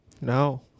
No